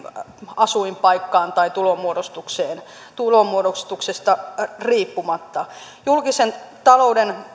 asuinpaikasta tai tulonmuodostuksesta tulonmuodostuksesta riippumatta julkisen talouden